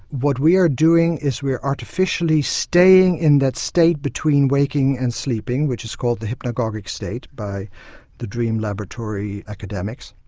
what we are doing is we are artificially staying in that state between waking and sleeping which is called the hypnagogic state by the dream laboratory academics,